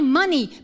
money